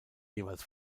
jeweils